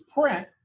print